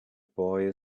boy